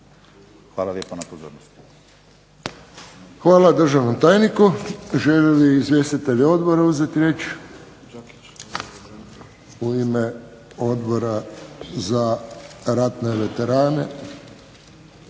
Josip (HSS)** Hvala državnom tajniku. Žele li izvjestitelji odbora uzeti riječ? U ime Odbora za ratne veterane,